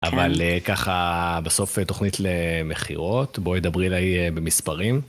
אבל ככה בסוף תוכנית למכירות, בואי דברי אליי במספרים.